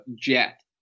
jet